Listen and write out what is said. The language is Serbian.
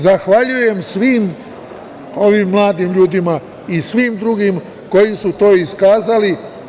Zahvaljujem svim ovim mladim ljudima i svima drugima koji su to iskazali.